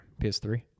PS3